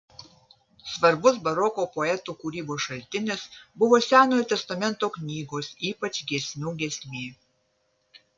svarbus baroko poetų kūrybos šaltinis buvo senojo testamento knygos ypač giesmių giesmė